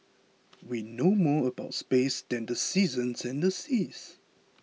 we know more about space than the seasons and the seas